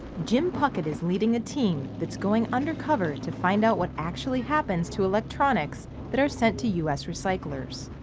jim puckett is leading a team that's going undercover overseas to find out what actually happens to electronics that are sent to u s. recyclers.